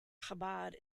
chabad